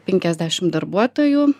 penkiasdešimt darbuotojų